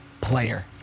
player